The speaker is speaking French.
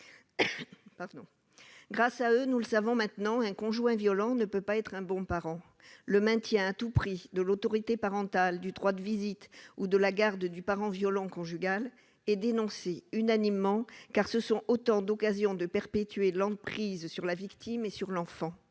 Grâce à eux, nous savons maintenant qu'un conjoint violent ne peut pas être un bon parent. Le maintien à tout prix de l'autorité parentale, du droit de visite ou de la garde du parent violent conjugal est dénoncé unanimement, car ce sont autant d'occasions de perpétuer l'emprise sur la victime et sur l'enfant,